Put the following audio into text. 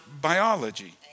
biology